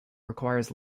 requires